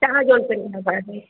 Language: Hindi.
चाहे जौन पेंट लगा दें